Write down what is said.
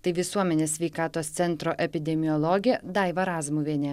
tai visuomenės sveikatos centro epidemiologė daiva razmuvienė